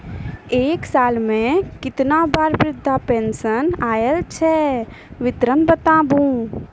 एक साल मे केतना बार वृद्धा पेंशन आयल छै विवरन बताबू?